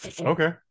Okay